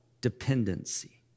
dependency